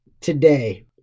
today